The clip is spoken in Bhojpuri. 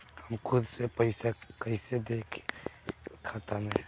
हम खुद से पइसा कईसे देखी खाता में?